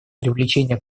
привлечение